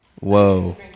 whoa